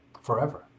forever